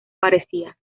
parecía